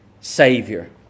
Savior